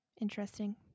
Interesting